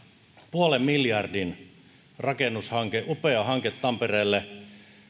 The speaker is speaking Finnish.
puolen miljardin rakennushanke upea hanke tampereelle